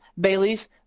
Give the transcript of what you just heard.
Bailey's